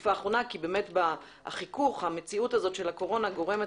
בתקופת האחרונה כי המציאות של הקורונה גורמות